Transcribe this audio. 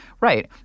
Right